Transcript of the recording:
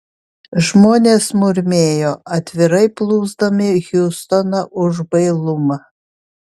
žmonės murmėjo atvirai plūsdami hiustoną už bailumą